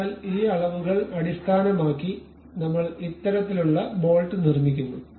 അതിനാൽ ഈ അളവുകൾ അടിസ്ഥാനമാക്കി നമ്മൾ ഇത്തരത്തിലുള്ള ബോൾട്ട് നിർമ്മിക്കുന്നു